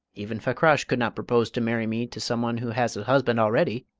even fakrash could not propose to marry me to some one who has a husband already,